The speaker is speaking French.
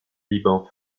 liban